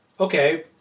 okay